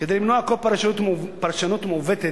כדי למנוע כל פרשנות מעוותת